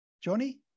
Johnny